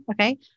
okay